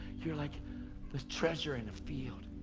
you're like the treasure in a field.